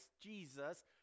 Jesus